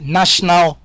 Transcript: national